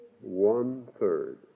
One-third